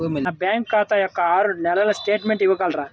నా బ్యాంకు ఖాతా యొక్క ఆరు నెలల స్టేట్మెంట్ ఇవ్వగలరా?